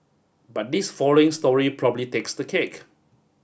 but this following story probably takes the cake